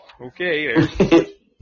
Okay